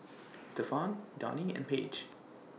Stephon Donie and Paige